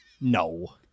No